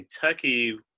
Kentucky